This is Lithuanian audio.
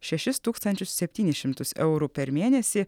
šešis tūkstančius septynis šimtus eurų per mėnesį